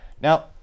Now